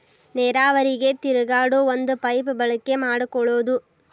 ನೇರಾವರಿಗೆ ತಿರುಗಾಡು ಒಂದ ಪೈಪ ಬಳಕೆ ಮಾಡಕೊಳುದು